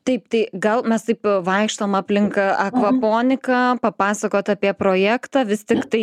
taip tai gal mes taip vaikštom aplink akvaponiką papasakot apie projektą vis tiktai